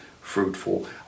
fruitful